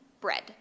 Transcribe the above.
bread